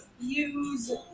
use